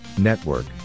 Network